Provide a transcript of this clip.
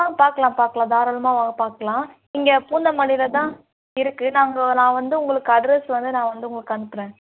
ஆ பார்க்கலாம் பார்க்கலாம் தாராளமாக வாங்க பார்க்கலாம் இங்கே பூந்தமல்லியில் தான் இருக்குது நாங்கள் நான் வந்து உங்களுக்கு அட்ரஸ் வந்து நான் வந்து உங்களுக்கு அனுப்புகிறேன்